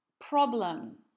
problem